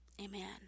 Amen